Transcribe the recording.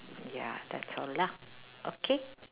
ya that's all lah okay